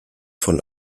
von